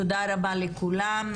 תודה רבה לכולם.